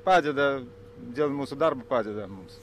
padeda dėl mūsų darbo padeda mums